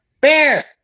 Bear